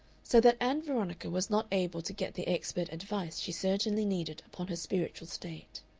so that ann veronica was not able to get the expert advice she certainly needed upon her spiritual state.